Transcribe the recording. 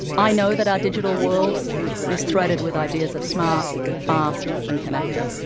i know that our digital world is threaded with ideas of smart, fast and connected,